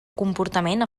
comportament